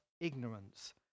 ignorance